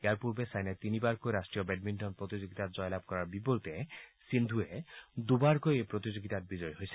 ইয়াৰ পূৰ্বে ছাইনাই তিনিবাৰকৈ ৰাষ্ট্ৰীয় বেডমিণ্টন প্ৰতিযোগিতাত জয়লাভ কৰাৰ বিপৰীতে সিন্ধুৱে দুবাৰকৈ এই প্ৰতিযোগিতাত বিজয়ী হৈছে